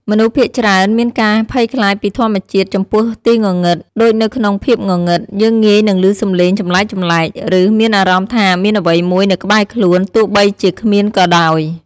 មនុស្សភាគច្រើនមានការភ័យខ្លាចពីធម្មជាតិចំពោះទីងងឹតដូចនៅក្នុងភាពងងឹត យើងងាយនឹងឮសំឡេងចម្លែកៗ ឬមានអារម្មណ៍ថាមានអ្វីមួយនៅក្បែរខ្លួន ទោះបីជាគ្មានក៏ដោយ ។